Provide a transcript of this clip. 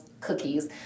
cookies